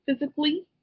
physically